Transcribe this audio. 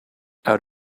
out